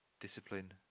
discipline